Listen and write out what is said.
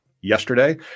yesterday